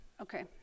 Okay